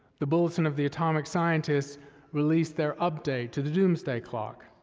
the bulletin of the atomic scientists released their update to the doomsday clock.